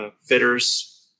Fitters